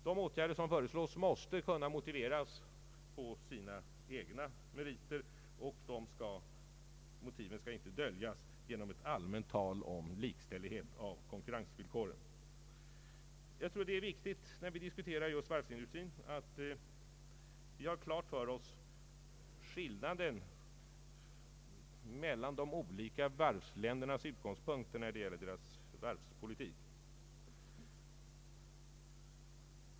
De åtgärder som föreslås måste motiveras med sina egna meriter, och de motiven skall inte döljas genom ett allmänt tal om likställighet i konkurrensvillkoren. När vi diskuterar varvsindustrin tror jag att det är viktigt att vi har klart för oss skillnaden mellan de olika varvsländernas utgångspunkter i fråga om deras varvspolitik.